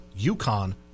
UConn